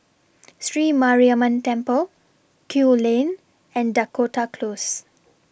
Sri Mariamman Temple Kew Lane and Dakota Close